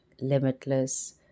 limitless